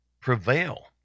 prevail